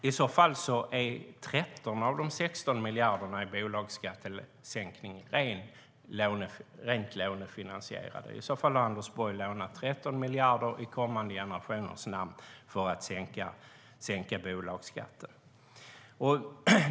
I så fall är 13 av de 16 miljarderna i bolagsskattesänkningen lånefinansierade. Då har Anders Borg lånat 13 miljarder i kommande generationers namn för att sänka bolagsskatten.